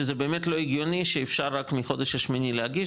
שזה באמת לא הגיוני שאפשר רק מהחודש השמיני להגיש,